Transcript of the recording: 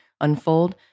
unfold